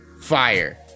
Fire